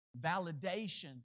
validation